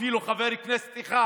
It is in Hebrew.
אפילו חבר כנסת אחד